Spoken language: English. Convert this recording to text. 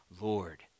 Lord